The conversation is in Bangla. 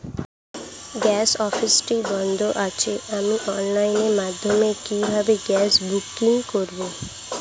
গ্যাস অফিসটি বন্ধ আছে আমি অনলাইনের মাধ্যমে কিভাবে গ্যাস বুকিং করব?